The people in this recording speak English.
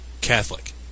Catholic